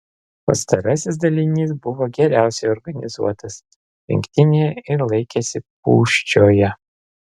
pastarasis dalinys buvo geriausiai organizuotas rinktinėje ir laikėsi pūščioje